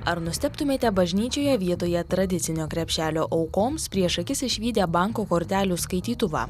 ar nustebtumėte bažnyčioje vietoje tradicinio krepšelio aukoms prieš akis išvydę banko kortelių skaitytuvą